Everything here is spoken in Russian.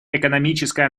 экономическое